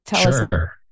sure